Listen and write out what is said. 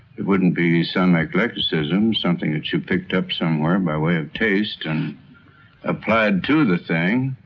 it wouldn't be some eclecticism, something that you picked up somewhere by way of taste and applied to the thing.